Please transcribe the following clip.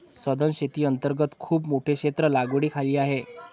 सधन शेती अंतर्गत खूप मोठे क्षेत्र लागवडीखाली आहे